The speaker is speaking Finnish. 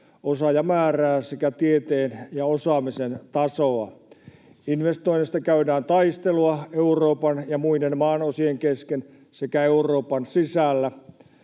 osaajamäärää sekä tieteen ja osaamisen tasoa. Investoinneista käydään taistelua Euroopan ja muiden maanosien kesken sekä Euroopan sisällä.